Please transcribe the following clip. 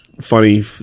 funny